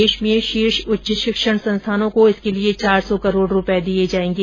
देश में शीर्ष उच्च शिक्षण संस्थानों को इसके लिये चार सौ करोड रूपये दिये जायेंगे